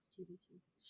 activities